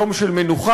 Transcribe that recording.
יום של מנוחה,